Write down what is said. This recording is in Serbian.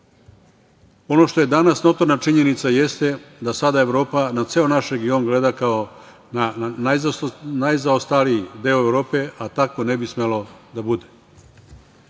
što je danas notorna činjenica jeste da sada Evropa na ceo naš region gleda kao na najzaostaliji deo Evrope, a tako ne bi smelo da bude.